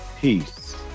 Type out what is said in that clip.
peace